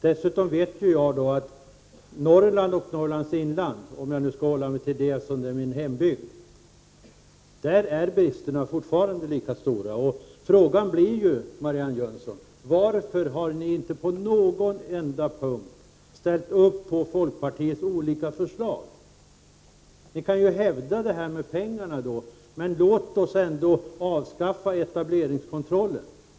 Dessutom vet jag att det i Norrland och Norrlands inland — om jag nu skall hålla mig till det område där jag har min hembygd — är bristerna fortfarande lika stora. Frågan blir, Marianne Jönsson: Varför har ni inte på någon enda punkt ställt upp på folkpartiets olika förslag? Ni kan ju hävda det här som gäller pengarna, men låt oss ändå avskaffa etableringskontrollen!